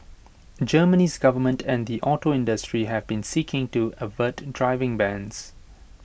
Germany's government and the auto industry have been seeking to avert driving bans